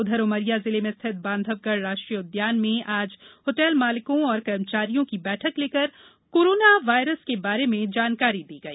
उधर उमरिया जिले में स्थित बांधवगढ़ राष्ट्रीय उद्यान में आज होटल मालिकों और कर्मचारियों की बैठक लेकर कोरोना वायरस के बारे में जानकारी दी गई